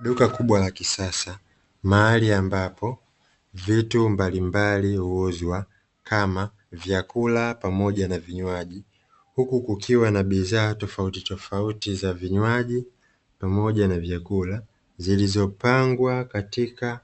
Duka kubwa la kisasa mahali ambapo vitu mbalimbali huuzwa kama vyakula pamoja na vinywaji, huku kukiwa na bidhaa tofautitofauti za vinywaji pamoja na vyakula, zilizopangwa katika